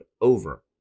over